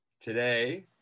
Today